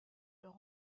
leur